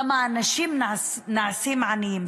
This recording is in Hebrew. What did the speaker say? למה האנשים נעשים עניים.